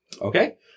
Okay